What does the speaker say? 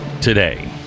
today